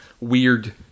weird